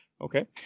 Okay